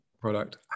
product